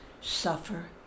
suffer